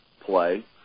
play